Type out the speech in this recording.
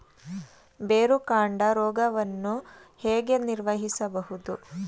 ಬೇರುಕಾಂಡ ರೋಗವನ್ನು ಹೇಗೆ ನಿರ್ವಹಿಸಬಹುದು?